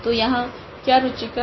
तो यहाँ क्या रुचिकर है